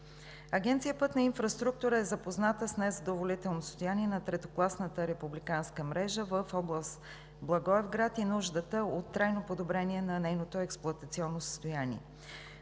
Агенция „Пътна инфраструктура“ е запозната с незадоволителното състояние на третокласната републиканска мрежа в област Благоевград и нуждата от трайно подобрение на нейното експлоатационно състояние.